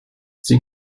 sie